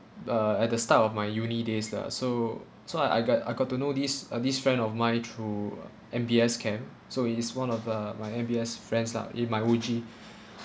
uh at the start of my uni days lah so so I I got I got to know this uh this friend of mine through M_B_S camp so it is one of the my M_B_S friends lah in my O_G